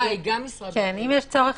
אם יש צורך,